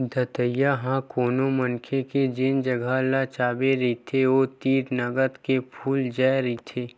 दतइया ह कोनो मनखे के जेन जगा ल चाबे रहिथे ओ तीर नंगत के फूल जाय रहिथे